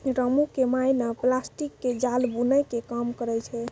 रामू के माय नॅ प्लास्टिक के जाल बूनै के काम करै छै